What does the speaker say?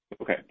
Okay